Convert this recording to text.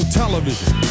television